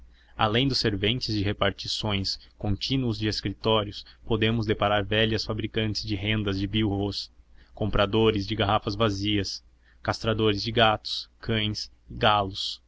além dos serventes de repartições contínuos de escritórios podemos deparar velhas fabricantes de rendas de bilros compradores de garrafas vazias castradores de gatos cães e galos